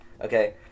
Okay